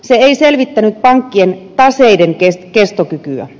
se ei selvittänyt pankkien taseiden kestokykyä